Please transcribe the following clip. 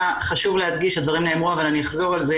חשוב להדגיש הדברים נאמרו ואני אחזור על זה